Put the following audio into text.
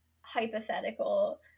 hypothetical